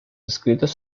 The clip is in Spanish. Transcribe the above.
escritos